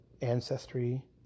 ancestry